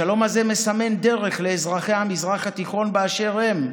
השלום הזה מסמן דרך לאזרחי המזרח התיכון באשר הם.